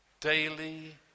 daily